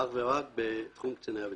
אך ורק בתחום קציני הבטיחות.